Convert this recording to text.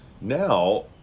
now